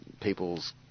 people's